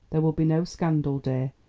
there will be no scandal, dear,